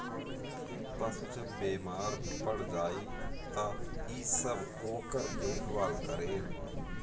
पशु जब बेमार पड़ जाए त इ सब ओकर देखभाल करेल